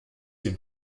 dem